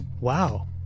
wow